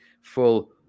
full